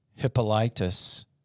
Hippolytus